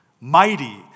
mighty